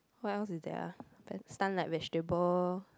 what else is there ah stun like vegetable